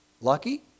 Lucky